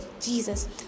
Jesus